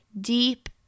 Deep